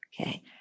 Okay